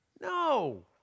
No